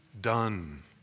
done